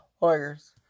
lawyers